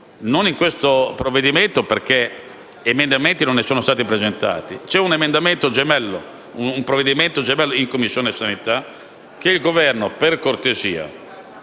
non questo provvedimento perché emendamenti al riguardo non ne sono stati presentati, ma un provvedimento gemello in Commissione sanità. Il Governo per cortesia